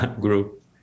group